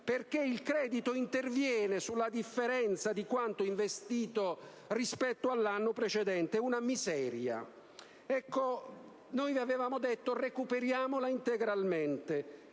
perché il credito interviene sulla differenza di quanto investito rispetto all'anno precedente: una miseria. Noi avevamo proposto di recuperarla integralmente,